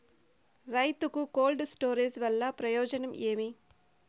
రైతుకు cold storage వల్ల ప్రయోజనం ఏమి?